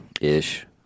ish